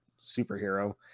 superhero